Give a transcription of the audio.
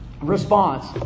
response